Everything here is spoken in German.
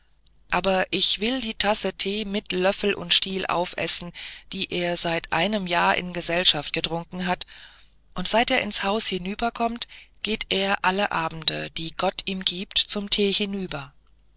aber ich will die tasse tee mit löffel und stiel aufessen die er seit einem jahre in gesellschaft getrunken hat und seit er ins haus hinüberkommt geht er alle abende die gott gibt zum tee hinüber